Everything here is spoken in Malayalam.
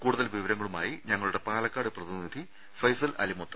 കൂടുതൽ വിവരങ്ങളുമായി ഞങ്ങളുടെ പാലക്കാട് ജില്ലാ പ്രതിനിധി ഫൈസൽ അലിമുത്ത്